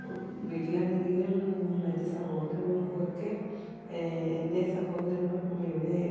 വീട്ടിലാണെങ്കിലും മറ്റ് സഹോദരങ്ങൾക്കുമൊക്കെ എൻ്റെ സഹോദരങ്ങൾക്കും ഇവിടെ